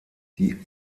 die